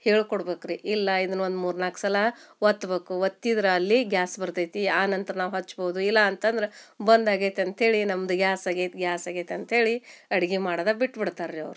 ಹೇಳ್ಕೊಡ್ಬೇಕು ರೀ ಇಲ್ಲ ಇದನ್ನು ಒಂದು ಮೂರು ನಾಲ್ಕು ಸಲ ಒತ್ಬೇಕು ಒತ್ತಿದ್ರೆ ಅಲ್ಲಿ ಗ್ಯಾಸ್ ಬರ್ತೈತಿ ಆನಂತರ ನಾವು ಹಚ್ಬೋದು ಇಲ್ಲ ಅಂತಂದ್ರೆ ಬಂದ್ ಆಗೈತೆ ಅಂತ ಹೇಳಿ ನಮ್ದು ಗ್ಯಾಸ್ ಆಗೈತೆ ಗ್ಯಾಸ್ ಆಗೈತೆ ಅಂತ ಹೇಳಿ ಅಡ್ಗೆ ಮಾಡೋದ ಬಿಟ್ಬಿಡ್ತಾರೆ ರೀ ಅವ್ರು